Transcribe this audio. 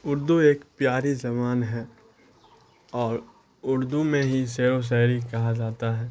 اردو ایک پیاری زبان ہے اور اردو میں ہی شعر و شاعری کہا جاتا ہے